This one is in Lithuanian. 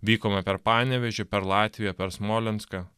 vykome per panevėžį per latviją per smolenską